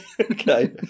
Okay